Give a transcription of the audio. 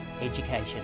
education